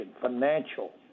financial